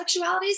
sexualities